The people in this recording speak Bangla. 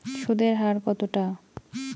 সুদের হার কতটা?